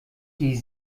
die